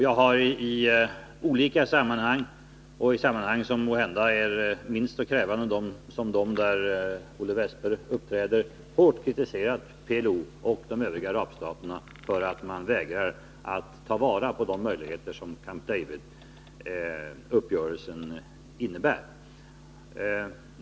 Jag har i sammanhang som måhända är minst lika krävande som de där Olle Wästberg uppträder hårt kritiserat PLO och arabstaterna för att de vägrar att ta vara på de möjligheter som Camp David-uppgörelsen innebär.